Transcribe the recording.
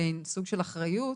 מעין סוג של אחריות,